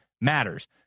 matters